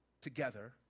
together